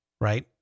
right